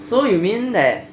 so you mean that